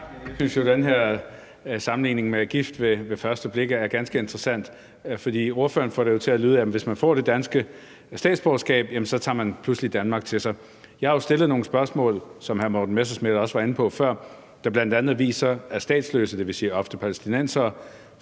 Jeg synes jo, at den her sammenligning med »Gift ved første blik« er ganske interessant, for ordføreren får det til at lyde: Jamen hvis man får det danske statsborgerskab, tager man pludselig Danmark til sig. Jeg har jo stillet nogle spørgsmål, som hr. Morten Messerschmidt også var inde på før, hvor svarene om statsløse, dvs. ofte palæstinensere,